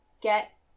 get